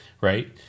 right